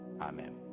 Amen